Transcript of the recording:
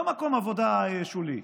לא מקום עבודה שולי,